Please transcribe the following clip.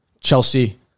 Chelsea